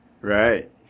Right